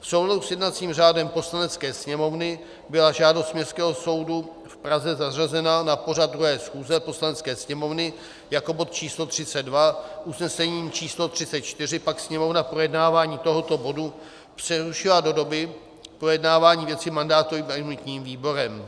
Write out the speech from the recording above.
V souladu s jednacím řádem Poslanecké sněmovny byla žádost Městského soudu v Praze zařazena na pořad 2. schůze Poslanecké sněmovny jako bod č. 32, usnesením č. 34 pak Sněmovna projednávání tohoto bodu přerušila do doby projednávání věci mandátovým a imunitním výborem.